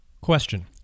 Question